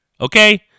okay